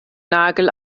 nagel